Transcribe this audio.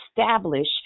establish